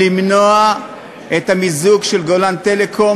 למנוע את המיזוג של "גולן טלקום"